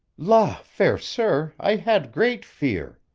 la! fair sir i had great fear.